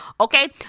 okay